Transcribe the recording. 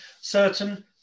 certain